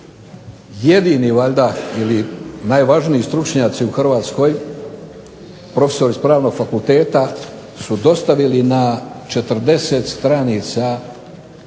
jedini valjda ili najvažniji stručnjaci u Hrvatskoj profesori iz Pravnog fakulteta su dostavili na 40 stranica primjedbe,